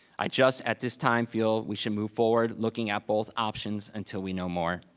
i just, at this time, feel we should move forward, looking at both options until we know more.